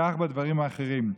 כך בדברים האחרים.